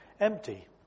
empty